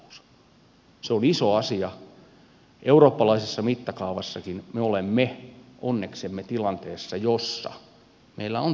eurooppalaisessakin mittakaavassa me olemme onneksemme tilanteessa jossa meillä on tämänkaltaiset eläkerahastot